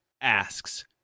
asks